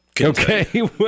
okay